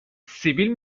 سیبیل